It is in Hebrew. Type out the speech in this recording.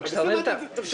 אבל כשאתה אומר ------ לא,